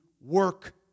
work